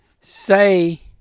Say